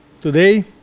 today